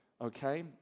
Okay